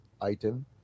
item